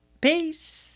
Peace